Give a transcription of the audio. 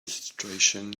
registration